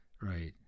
Right